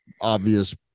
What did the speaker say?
obvious